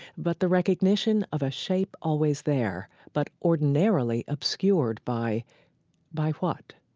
but the recognition of a shape always there but ordinarily obscured by by what?